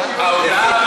או ההודעה,